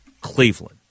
Cleveland